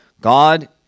God